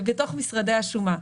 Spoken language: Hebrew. משרדי השומה.